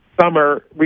summer